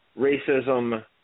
racism